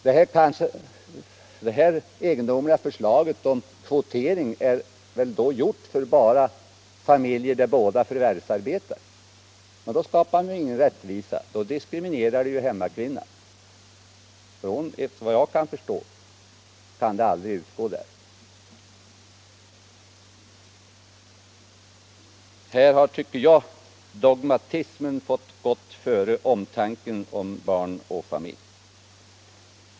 Det egendomliga förslaget om kvotering är väl tillkommet enbart med tanke på familjer där båda föräldrarna förvärvsarbetar, men i så fall skapar man ingen rättvisa. Då diskrimineras hemmakvinnorna, för efter vad jag förstår kan föräldrapenning för den åttonde månaden aldrig komma i fråga till en familj där enbart mannen förvärvsarbetar. Här har, tycker jag, dogmatismen fått gå före omtanken om barn och familj.